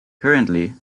currently